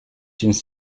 seems